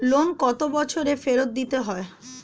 Loan কত বছরে ফেরত দিতে হয়?